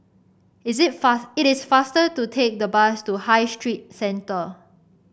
is it it is faster to take the bus to High Street Centre